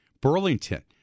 Burlington